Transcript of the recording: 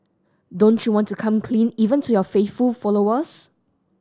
don't you want to come clean even to your faithful followers